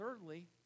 thirdly